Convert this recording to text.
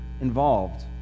involved